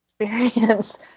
Experience